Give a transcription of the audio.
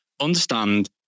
Understand